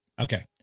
okay